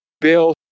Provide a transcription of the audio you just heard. Bill